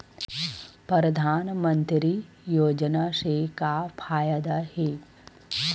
परधानमंतरी योजना से का फ़ायदा हे?